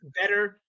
better